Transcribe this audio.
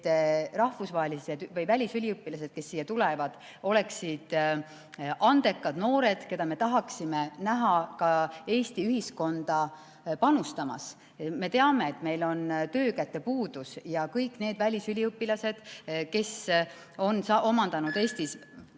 eesmärk –, et välisüliõpilased, kes siia tulevad, oleksid andekad noored, keda me tahaksime näha ka Eesti ühiskonda panustamas. Me teame, et meil on töökäte puudus, ja kõik need välisüliõpilased, kes on omandanud Eestis